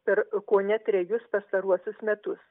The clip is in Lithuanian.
per kone trejus pastaruosius metus